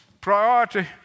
priority